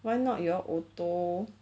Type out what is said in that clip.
why not you all auto